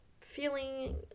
feeling